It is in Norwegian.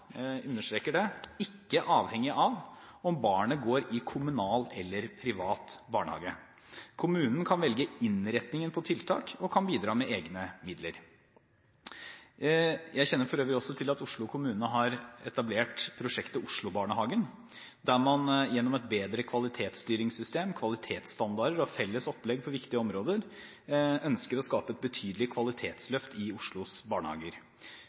jeg understreker det – om barnet går i kommunal eller privat barnehage. Kommunen kan velge innretningen på tiltak og kan bidra med egne midler. Jeg kjenner for øvrig også til at Oslo kommune har etablert prosjektet Oslobarnehagen, der man gjennom et bedre kvalitetsstyringssystem, kvalitetsstandarder og felles opplegg på viktige områder ønsker å skape et betydelig kvalitetsløft i Oslos barnehager.